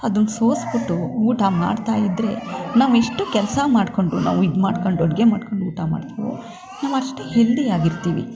ಅದನ್ನು ಸೋಸ್ಬಿಟ್ಟು ಊಟ ಮಾಡ್ತಾಯಿದ್ದರೆ ನಾವು ಇಷ್ಟು ಕೆಲಸ ಮಾಡಿಕೊಂಡು ನಾವು ಇದು ಮಾಡ್ಕೊಂಡು ಅಡುಗೆ ಮಾಡ್ಕೊಂಡು ಊಟ ಮಾಡ್ತೀವೋ ನಾವೂ ಅಷ್ಟೇ ಹೆಲ್ದಿಯಾಗಿರ್ತೀವಿ